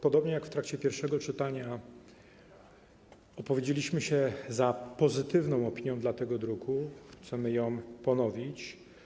Podobnie jak w trakcie pierwszego czytania - opowiedzieliśmy się za pozytywną opinią odnośnie do tego druku, chcemy ją ponowić.